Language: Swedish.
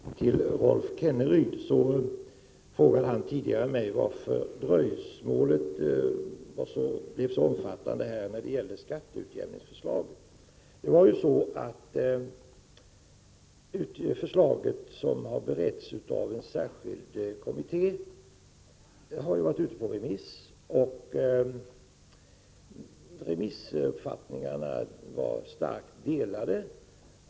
Herr talman! Rolf Kenneryd frågade mig tidigare varför det blev ett så stort dröjsmål när det gäller skatteutjämningsförslaget. Förslaget, som har beretts av en särskild kommitté, har varit ute på remiss, och remissuppfattningarna var starkt delade.